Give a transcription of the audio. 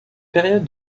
période